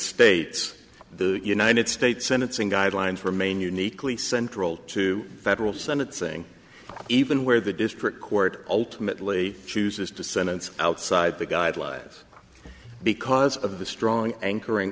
states the united states senate saying guidelines remain uniquely central to federal sentencing even where the district court ultimately chooses to sentence outside the guidelines because of the strong anchoring